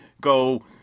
go